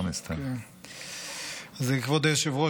כבוד היושב-ראש,